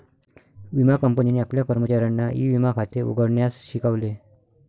विमा कंपनीने आपल्या कर्मचाऱ्यांना ई विमा खाते उघडण्यास शिकवले